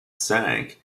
sank